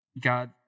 God